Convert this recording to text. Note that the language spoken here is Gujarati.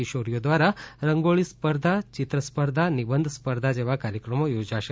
કિશોરીઓ દ્વારા રંગોળી સ્પર્ધા ચિત્ર નિબંધ સ્પર્ધા જેવા કાર્યક્રમો યોજાશે